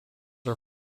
are